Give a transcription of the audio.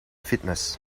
fitness